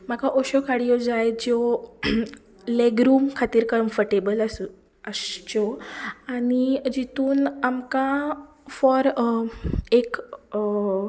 म्हाका अश्यो गाडयो जाय ज्यो लेग रूम खातीर कम्फरटेबल आसूं आसच्यो आनी जितून आमकां फॉर एक